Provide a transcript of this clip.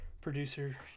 producer